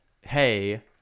hey